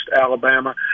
Alabama